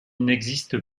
n’existe